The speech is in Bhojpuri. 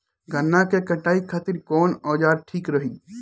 गन्ना के कटाई खातिर कवन औजार ठीक रही?